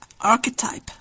archetype